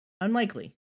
unlikely